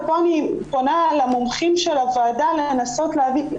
ופה אני פונה למומחים של הוועדה לנסות להבין.